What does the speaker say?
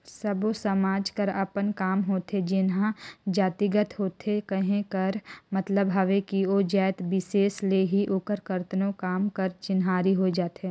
सब्बो समाज कर अपन काम होथे जेनहा जातिगत होथे कहे कर मतलब हवे कि ओ जाएत बिसेस ले ही ओकर करतनो काम कर चिन्हारी होए जाथे